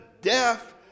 death